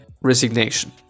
resignation